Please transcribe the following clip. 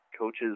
coaches